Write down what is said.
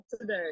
today